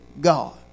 God